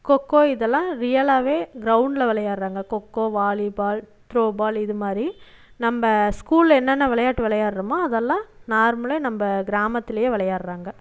கொக்கோ இதெல்லாம் ரியலாகவே கிரவுண்டில் விளையாடுறாங்க கொக்கோ வாலிபால் த்ரோபால் இதுமாதிரி நம்ப ஸ்கூலில் என்னென்ன விளையாட்டு விளையாடுறமோ அதெல்லாம் நார்மலே நம்ப கிராமத்துல விளையாடுறாங்க